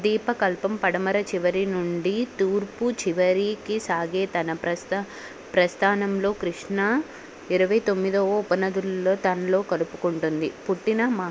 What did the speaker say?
దీప కల్పం పడమర చివరి నుండి తూర్పు చివరికి సాగే తన ప్రస్థానంలో కృష్ణా ఇరవై తొమ్మిదవ ఉపనదులలో తనలో కలుపుకుంటుంది పుట్టిన